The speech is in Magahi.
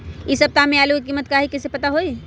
इ सप्ताह में आलू के कीमत का है कईसे पता होई?